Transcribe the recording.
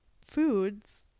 foods